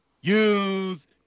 use